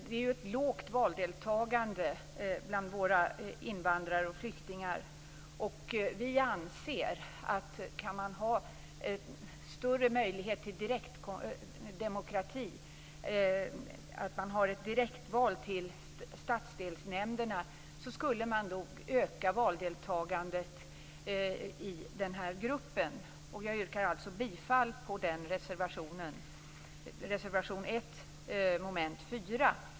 Det är ett lågt valdeltagande bland våra invandrare och flyktingar. Vi anser att kan man ha större möjlighet till direktdemokrati, kan man ha ett direktval till statsdelsnämnderna, skulle man nog öka valdeltagandet i den gruppen. Jag yrkar bifall till reservation 1 under mom. 4.